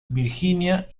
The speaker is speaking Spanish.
virginia